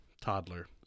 toddler